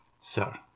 sir